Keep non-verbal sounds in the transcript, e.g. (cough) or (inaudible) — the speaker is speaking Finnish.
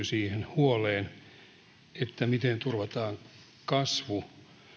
(unintelligible) siihen huoleen miten turvataan kasvu